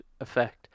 effect